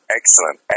excellent